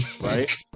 right